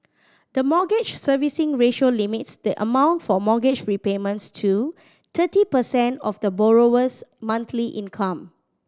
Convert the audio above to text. the Mortgage Servicing Ratio limits the amount for mortgage repayments to thirty percent of the borrower's monthly income